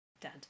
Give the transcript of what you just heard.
dad